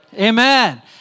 Amen